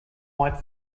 white